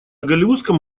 голливудском